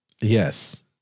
Yes